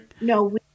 no